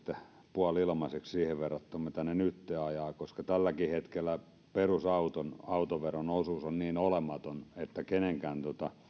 puoli ilmaiseksi siihen verrattuna mitä ne nytten ajavat koska tälläkin hetkellä perusauton autoveron osuus on niin olematon että kenenkään